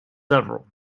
several